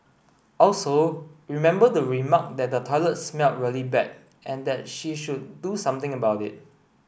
also remember to remark that the toilet smelled really bad and that she should do something about it